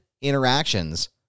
interactions